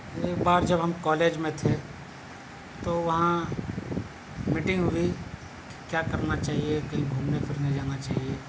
ایک بار جب ہم کالج میں تھے تو وہاں میٹنگ ہوئی کیا کرنا چاہیے کہیں گھومنے پھرنے جانا چاہیے